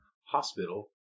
hospital